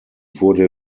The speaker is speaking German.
wurde